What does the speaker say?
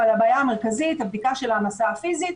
אבל הבעיה המרכזית זה הבדיקה של ההעמסה הפיזית,